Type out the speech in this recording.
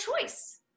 choice